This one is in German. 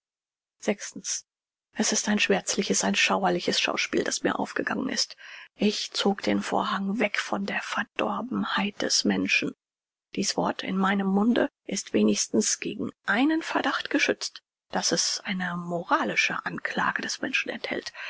es ist ein schmerzliches ein schauerliches schauspiel das mir aufgegangen ist ich zog den vorhang weg von der verdorbenheit des menschen dies wort in meinem munde ist wenigstens gegen einen verdacht geschützt daß es eine moralische anklage des menschen enthält